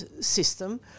system